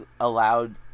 allowed